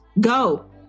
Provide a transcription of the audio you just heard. Go